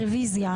רביזיה.